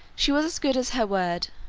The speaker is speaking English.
she was as good as her word.